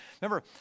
remember